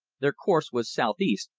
their course was southeast,